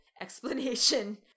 explanation